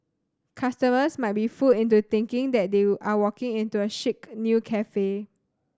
customers might be fooled into thinking that they are walking into a chic new cafe